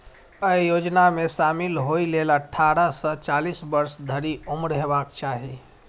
अय योजना मे शामिल होइ लेल अट्ठारह सं चालीस वर्ष धरि उम्र हेबाक चाही